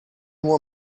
nur